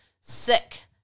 sick